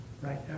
right